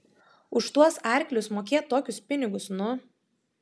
už tuos arklius mokėt tokius pinigus nu